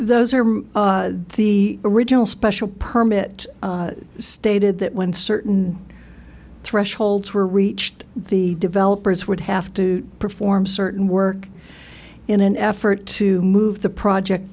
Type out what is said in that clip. those are the original special permit stated that when certain thresholds were reached the developers would have to perform certain work in an effort to move the project